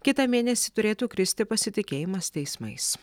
kitą mėnesį turėtų kristi pasitikėjimas teismais